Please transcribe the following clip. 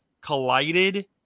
collided